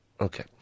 Okay